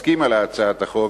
הסכימה להצעת החוק,